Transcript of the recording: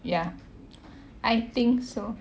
ya I think so